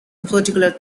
particular